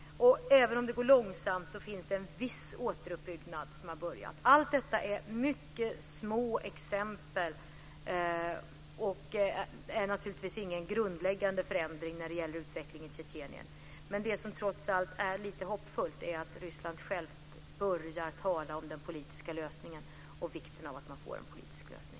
Även om det går långsamt har en viss återuppbyggnad börjat. Allt detta är exempel på små saker, och det är naturligtvis ingen grundläggande förändring när det gäller utvecklingen i Tjetjenien. Det som trots allt är lite hoppfullt är att Ryssland självt börjar tala om vikten av en politisk lösning.